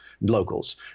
locals